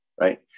right